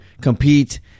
compete